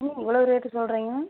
என்ன இவ்வளோ ரேட்டு சொல்றீங்க